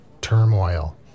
turmoil